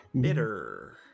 Bitter